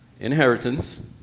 Inheritance